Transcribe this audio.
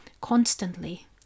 constantly